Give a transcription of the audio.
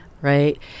right